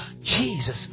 Jesus